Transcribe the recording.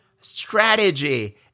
strategy